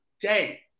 day